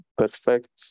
perfect